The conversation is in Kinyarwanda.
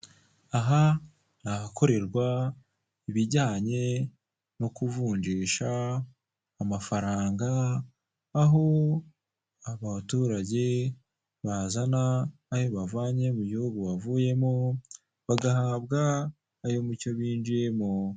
U Rwanda rufite gahunda yo gukumira ibiza cyangwa ibyago bitari byaba niyo mpamvu rufite imodoka za kizimyamoto ziba ziri ku masitasiyo ya polisi kugira ngo ahabonetse ahari inkongi y'umuriro bihutire gutabara hakiri kare.